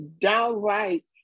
downright